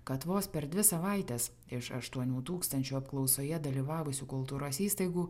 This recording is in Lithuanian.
kad vos per dvi savaites iš aštuonių tūkstančių apklausoje dalyvavusių kultūros įstaigų